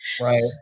Right